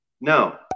No